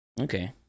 okay